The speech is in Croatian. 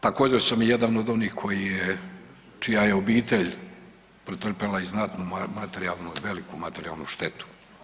Također sam i jedan od onih čija je obitelj pretrpjela i znatnu materijalnu i veliku materijalnu štetu.